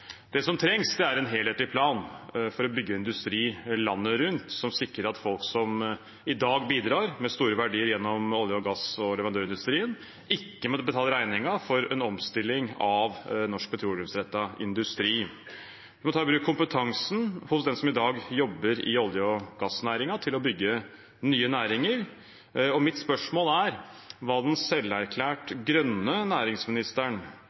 Det som trengs, er en helhetlig plan for å bygge industri landet rundt som sikrer at folk som i dag bidrar med store verdier gjennom olje-, gass- og leverandørindustrien, ikke må betale regningen for en omstilling av norsk petroleumsrettet industri. Vi må ta i bruk kompetansen hos dem som i dag jobber i olje- og gassnæringen, til å bygge nye næringer. Mitt spørsmål er: Hva vil den selverklært grønne næringsministeren